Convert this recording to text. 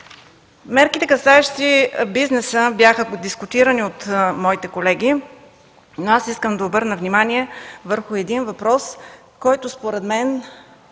Мерките, касаещи бизнеса, бяха дискутирани от моите колеги. Аз искам да обърна внимание върху един въпрос, чието място според мен